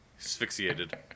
Asphyxiated